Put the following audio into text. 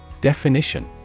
Definition